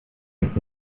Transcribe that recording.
jetzt